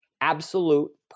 absolute